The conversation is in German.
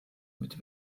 mit